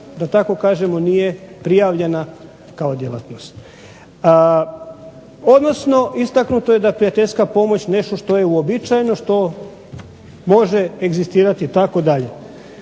da tako kažemo nije prijavljena kao djelatnost. Odnosno istaknuto je da je prijateljska pomoć nešto što je uobičajeno, što može egzistirati itd.